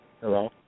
Hello